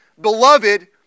Beloved